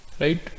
right